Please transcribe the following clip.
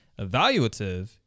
Evaluative